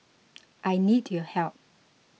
I need your help